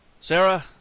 Sarah